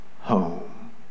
home